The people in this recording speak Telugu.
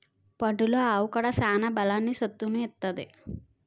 పండులో అవొకాడో సాన బలాన్ని, సత్తువును ఇత్తది